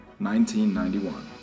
1991